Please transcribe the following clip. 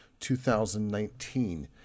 2019